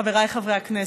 חבריי חברי הכנסת,